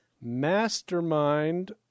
Mastermind